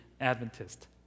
Adventist